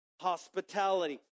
hospitality